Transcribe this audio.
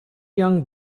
young